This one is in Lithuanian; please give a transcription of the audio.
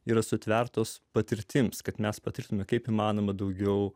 yra sutvertos patirtims kad mes patirtumėme kaip įmanoma daugiau